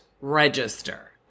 register